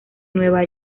nueva